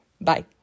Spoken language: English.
Bye